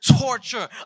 torture